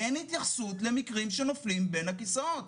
אין התייחסות למקרים שנופלים בין הכיסאות.